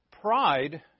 pride